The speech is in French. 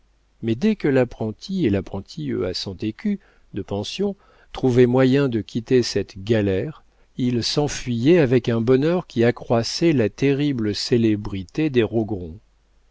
mais dès que l'apprenti et l'apprentie à cent écus de pension trouvaient moyen de quitter cette galère ils s'enfuyaient avec un bonheur qui accroissait la terrible célébrité des